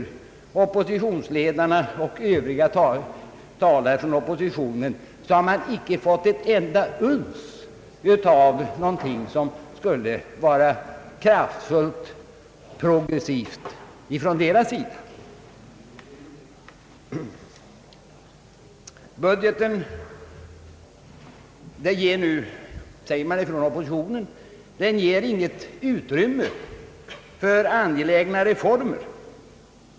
Av oppositionsledarna och övriga talare från oppositionen har man icke fått ett enda uns av någonting som skulle vara kraftfullt och progressivt. Budgeten ger, säger man från oppositionen, inget utrymme för angelägna reformer.